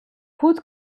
put